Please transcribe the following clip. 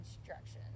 instruction